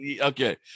Okay